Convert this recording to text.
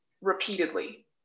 Repeatedly